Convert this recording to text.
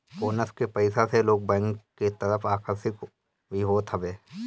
bonus के पईसा से लोग बैंक के तरफ आकर्षित भी होत हवे